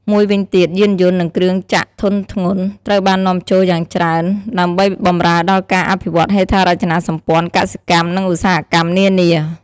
មួយវិញទៀត យានយន្ត និងគ្រឿងចក្រធុនធ្ងន់ ត្រូវបាននាំចូលយ៉ាងច្រើនដើម្បីបម្រើដល់ការអភិវឌ្ឍន៍ហេដ្ឋារចនាសម្ព័ន្ធ កសិកម្ម និងឧស្សាហកម្មនានា។